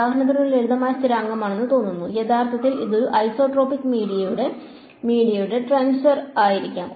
ഉദാഹരണത്തിന് ഇതൊരു ലളിതമായ സ്ഥിരാങ്കമാണെന്ന് തോന്നുന്നു യഥാർത്ഥത്തിൽ ഇത് ഒരു ഐസോട്രോപിക് മീഡിയയുടെ ടെൻസർ ആയിരിക്കാം